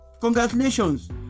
congratulations